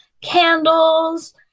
candles